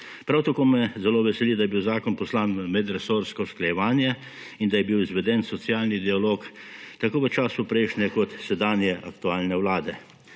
Prav tako me zelo veseli, da je bil zakon poslan v medresorsko usklajevanje in da je bil izveden socialni dialog tako v času prejšnje kot sedanje aktualne vlade.